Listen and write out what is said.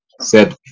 set